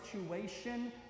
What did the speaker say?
situation